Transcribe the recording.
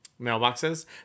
mailboxes